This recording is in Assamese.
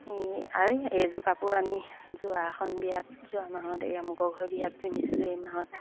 এই এই এইযোৰ কাপোৰ আমি যোৱা এখন বিয়াত যোৱা মাহত এই আমুকৰ ঘৰত বিয়াত পিন্ধিছিলোঁ এই মাহত